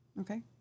Okay